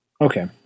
Okay